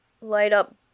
light-up